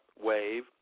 wave